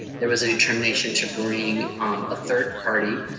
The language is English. there was a determination to bring a third party